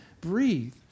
breathe